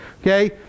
okay